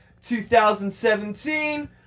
2017